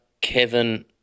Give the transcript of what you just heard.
Kevin